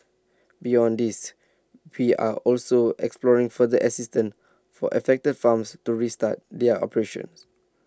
beyond these we are also exploring further assistance for affected farms to restart their operations